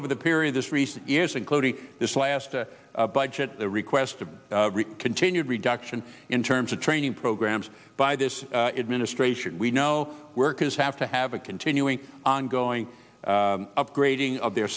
over the period this recent years including this last a budget request a continued reduction in terms of training programs by this administration we know workers have to have a continuing ongoing upgrading of their